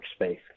workspace